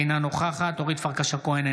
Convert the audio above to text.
אינה נוכחת אורית פרקש הכהן,